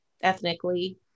ethnically